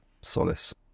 solace